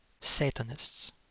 Satanists